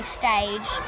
stage